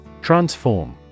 Transform